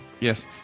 Yes